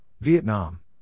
Vietnam